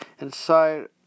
inside